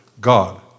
God